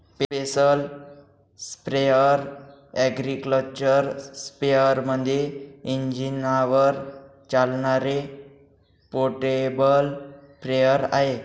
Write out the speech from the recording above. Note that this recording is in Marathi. स्पेशल स्प्रेअर अॅग्रिकल्चर स्पेअरमध्ये इंजिनावर चालणारे पोर्टेबल स्प्रेअर आहे